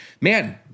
man